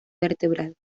vertebral